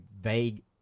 vague